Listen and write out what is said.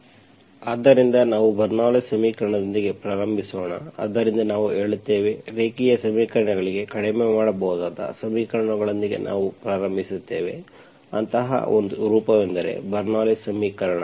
ಆದ್ದರಿಂದ ನಾವು Bernoulli's bernoullis ಸಮೀಕರಣದೊಂದಿಗೆ ಪ್ರಾರಂಭಿಸೋಣ ಆದ್ದರಿಂದ ನಾವು ಹೇಳುತ್ತೇವೆ ರೇಖೀಯ ಸಮೀಕರಣಗಳಿಗೆ ಕಡಿಮೆ ಮಾಡಬಹುದಾದ ಸಮೀಕರಣಗಳೊಂದಿಗೆ ನಾವು ಪ್ರಾರಂಭಿಸುತ್ತೇವೆ ಅಂತಹ ಒಂದು ರೂಪವೆಂದರೆ ಬರ್ನೌಲ್ಲಿಸ್ bernoullis ಸಮೀಕರಣ